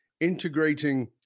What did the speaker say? integrating